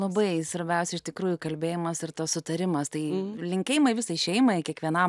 labai svarbiausia iš tikrųjų kalbėjimas ir tas sutarimas tai linkėjimai visai šeimai kiekvienam